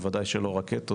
בוודאי שלא רקטות,